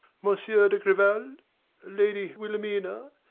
monsieur de grival a lady wilhelmina.